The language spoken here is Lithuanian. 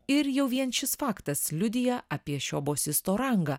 ir jau vien šis faktas liudija apie šio bosisto rangą